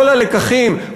כל הלקחים,